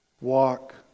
walk